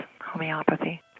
homeopathy